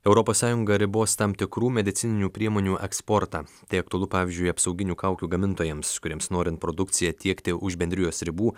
europos sąjunga ribos tam tikrų medicininių priemonių eksportą tai aktualu pavyzdžiui apsauginių kaukių gamintojams kuriems norint produkciją tiekti už bendrijos ribų